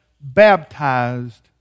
baptized